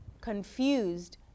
confused